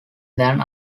than